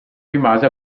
rimase